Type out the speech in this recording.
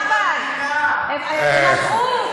לא פה, צאצאי מפא"י.